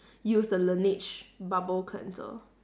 use the laneige bubble cleanser